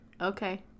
Okay